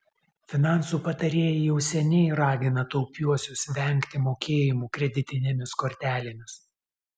finansų patarėjai jau seniai ragina taupiuosius vengti mokėjimų kreditinėmis kortelėmis